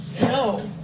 No